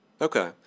Okay